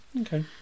okay